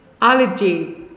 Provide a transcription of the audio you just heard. allergy